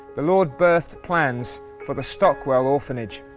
the lord birthed plans for the stockwell orphanage.